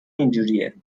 اینجوریه